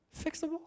fixable